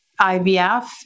IVF